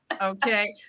Okay